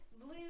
Blue